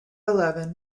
eleven